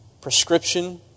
Prescription